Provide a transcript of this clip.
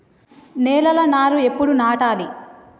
నేలలా నారు ఎప్పుడు నాటాలె?